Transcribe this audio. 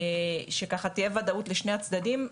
שככה תהיה וודאות לשני הצדדים,